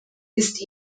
ist